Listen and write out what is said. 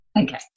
Okay